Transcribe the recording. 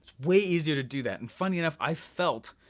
way easier to do that. and funny enough, i felt